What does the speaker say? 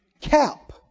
Cap